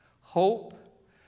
hope